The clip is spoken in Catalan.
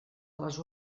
les